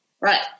Right